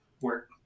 work